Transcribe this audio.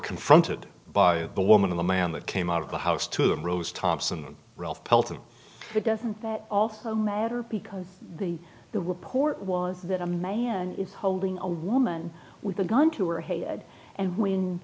confronted by the woman of the man that came out of the house to the rose thompson pelton doesn't that also matter because the the report was that a man is holding a woman with a gun two or hated and when